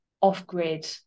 off-grid